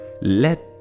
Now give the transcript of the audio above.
let